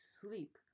sleep